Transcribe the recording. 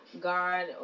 God